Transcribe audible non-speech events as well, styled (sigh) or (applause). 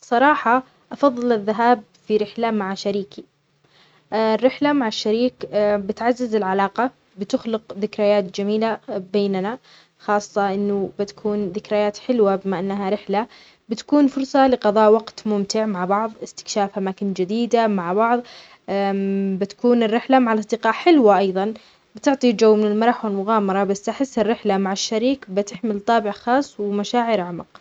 صراحة، أفضل الذهاب في رحلة مع شريكي. الرحلة مع الشريك بتعزز العلاقة بتخلق ذكريات جميلة بيننا، خاصة إنه بتكون ذكريات حلوة، بما أنها رحلة بتكون فرصة لقضاء وقت ممتع مع بعض، استكشاف أماكن جديدة مع بعض، (hesitation) بتكون الرحلة مع الأصدقاء حلوة أيضا بتعطي جو من المرح والمغامرة، بس احس الرحلة مع الشريك بتحمل طابع خاص ومشاعر اعمق.